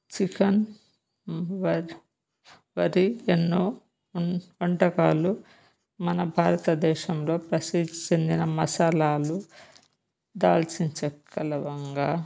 chicken వరి ఎన్నో వంటకాలు మన భారతదేశంలో ప్రసిద్ధి చెందిన మసాలాలు దాల్చిన చెక్క లవంగా